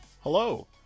Hello